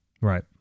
Right